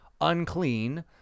unclean